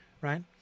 Right